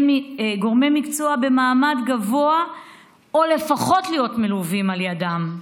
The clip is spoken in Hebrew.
גורמי מקצוע במעמד גבוה או לפחות להיות מלווים על ידם.